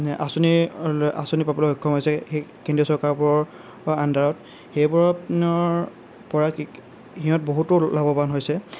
আঁচনি ল আঁচনি পাবলৈ সক্ষম হৈছে সেই কেন্দ্ৰীয় চৰকাৰবোৰৰ আণ্ডাৰত সেইবোৰৰ পৰা সিহঁত বহুতো লাভৱান হৈছে